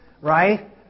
right